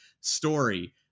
story